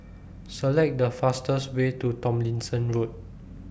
Select The fastest Way to Tomlinson Road